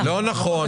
לא נכון.